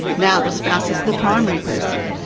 now the spouse is the primary person.